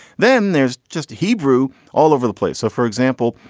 then there's just hebrew all over the place. so, for example,